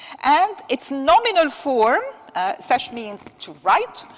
and its nominal form sesh means to write,